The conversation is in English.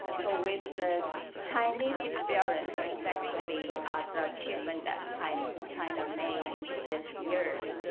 ah so with the chinese experience is actually the achievement that china china made in this years.